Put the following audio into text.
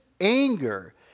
anger